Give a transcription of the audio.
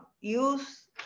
use